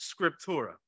scriptura